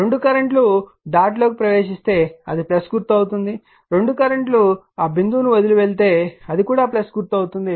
రెండు కరెంట్ లు డాట్లోకి ప్రవేశిస్తే అది గుర్తు అవుతుంది రెండు కరెంట్ లు ఆ బిందువును వదిలి వెళితే అది కూడా గుర్తు అవుతుంది